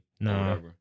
No